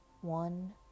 one